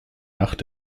nacht